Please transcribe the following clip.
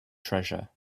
treasure